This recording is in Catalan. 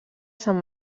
sant